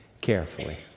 carefully